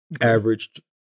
averaged